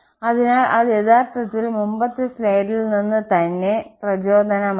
അതിനാൽ അത് യഥാർത്ഥത്തിൽ മുമ്പത്തെ സ്ലൈഡിൽ നിന്ന് തന്നെ പ്രചോദനം ആണ്